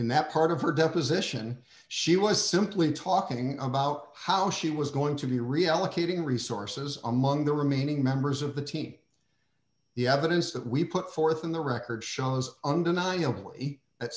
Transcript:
in that part of her deposition she was simply talking about how she was going to be reallocating resources among the remaining members of the team the evidence that we put forth in the record shows undeniably